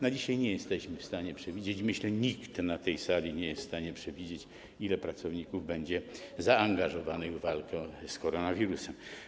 Na dzisiaj nie jesteśmy w stanie przewidzieć, myślę, nikt na tej sali nie jest w stanie przewidzieć, ilu pracowników będzie zaangażowanych w walkę z koronawirusem.